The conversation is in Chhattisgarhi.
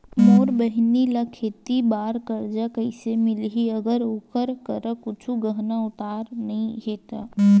मोर बहिनी ला खेती बार कर्जा कइसे मिलहि, अगर ओकर करा कुछु गहना गउतरा नइ हे?